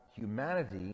humanity